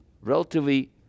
relatively